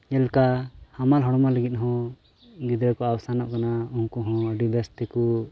ᱚᱱᱠᱟ ᱦᱟᱢᱟᱞ ᱦᱚᱲᱢᱚ ᱞᱟᱹᱜᱤᱫ ᱦᱚᱸ ᱜᱤᱫᱽᱨᱟᱹ ᱠᱚ ᱟᱣᱥᱟᱱᱚᱜ ᱠᱟᱱᱟ ᱩᱱᱠᱩ ᱦᱚᱸ ᱟᱹᱰᱤ ᱵᱮᱹᱥ ᱛᱮᱠᱚ